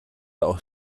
aus